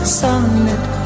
sunlit